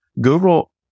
Google